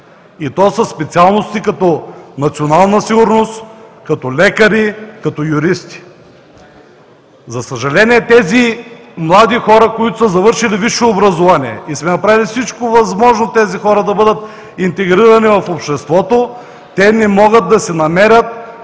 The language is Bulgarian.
и то със специалности като „национална сигурност“, като лекари, като юристи. За съжаление, тези млади хора, които са завършили висше образование, и сме направили всичко възможно тези хора да бъдат интегрирани в обществото, те не могат да си намерят